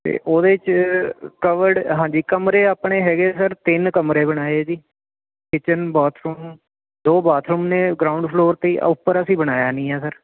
ਤੇ ਉਹਦੇ 'ਚ ਕਵਰਡ ਹਾਂਜੀ ਕਮਰੇ ਆਪਣੇ ਹੈਗੇ ਸਰ ਤਿੰਨ ਕਮਰੇ ਬਣਾਏ ਜੀ ਕਿਚਨ ਬਾਥਰੂਮ ਦੋ ਬਾਥਰੂਮ ਨੇ ਗਰਾਊਂਡ ਫਲੋਰ ਤੇ ਉੱਪਰ ਅਸੀਂ ਬਣਾਇਆ ਨਹੀਂ ਹੈ ਸਰ